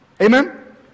Amen